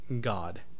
God